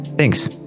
Thanks